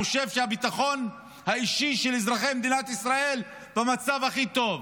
חושב שהביטחון האישי של אזרחי מדינת ישראל במצב הכי טוב.